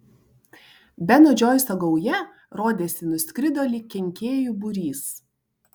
beno džoiso gauja rodėsi nuskrido lyg kenkėjų būrys